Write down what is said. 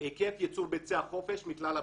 היקף ייצור ביצי החופש מכלל הביצים.